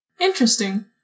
Interesting